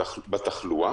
בתחלואה?